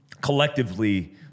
collectively